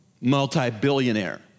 Multi-billionaire